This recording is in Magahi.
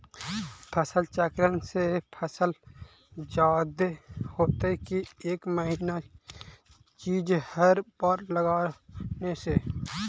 फसल चक्रन से फसल जादे होतै कि एक महिना चिज़ हर बार लगाने से?